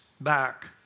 back